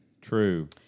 True